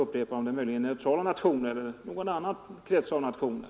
Är det möjligen neutrala nationer eller någon annan krets av nationer?